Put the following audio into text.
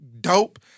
dope